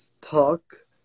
talk